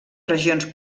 regions